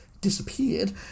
disappeared